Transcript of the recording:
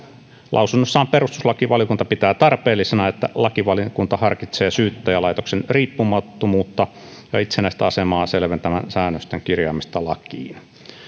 lausunnossaan perustuslakivaliokunta pitää tarpeellisena että lakivaliokunta harkitsee syyttäjälaitoksen riippumattomuutta ja itsenäistä asemaa selventävän säännöksen kirjaamista lakiin